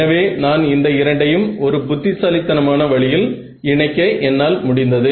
எனவே நான் இந்த இரண்டையும் ஒரு புத்திசாலித்தனமான வழியில் இணைக்க என்னால் முடிந்தது